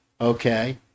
okay